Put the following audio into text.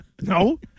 No